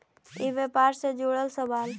ई व्यापार से जुड़ल सवाल?